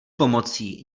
pomocí